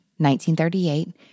1938